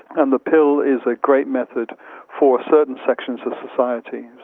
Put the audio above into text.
and the pill is a great method for certain sections of society.